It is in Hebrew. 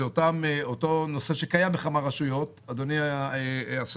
זה אותו נושא שקיים בכמה רשויות אדוני השר,